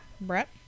Brett